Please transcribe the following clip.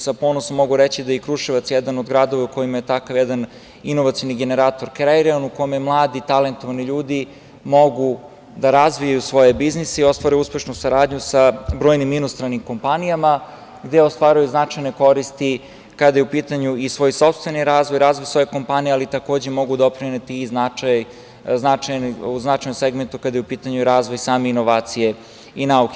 Sa ponosom mogu reći da je i Kruševac jedan od gradova u kojima je takav jedan inovacioni generator kreiran, u kome mladi talentovani ljudi mogu da razviju svoj biznis i ostvare uspešnu saradnju sa brojnim inostranim kompanijama gde ostvaruju značajne koristi kada je u pitanju i svoj sopstveni razvoj, razvoj svoje kompanije, ali takođe mogu doprineti u značajnom segmentu kada je u pitanju razvoj same inovacije i nauke.